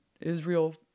Israel